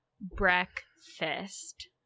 breakfast